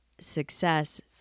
success